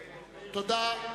תודה.